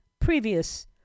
previous